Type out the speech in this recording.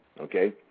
okay